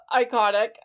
iconic